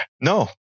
No